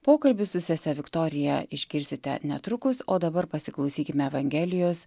pokalbį su sese viktorija išgirsite netrukus o dabar pasiklausykime evangelijos